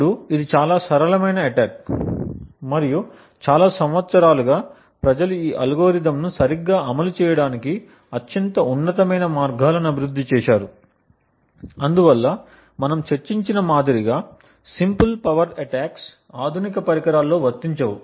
ఇప్పుడు ఇది చాలా సరళమైన అటాక్ మరియు చాలా సంవత్సరాలుగా ప్రజలు ఈ అల్గోరిథంను సరిగ్గా అమలు చేయడానికి అత్యంత ఉన్నతమైన మార్గాలను అభివృద్ధి చేశారు అందువల్ల మనము చర్చించిన మాదిరిగా సింపుల్ పవర్ అటాక్స్ ఆధునిక పరికరాల్లో వర్తించవు